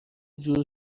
جور